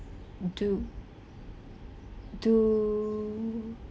uh do do